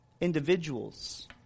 individuals